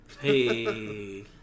hey